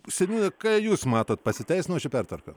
seniūne ką jūs matot pasiteisino ši pertvarka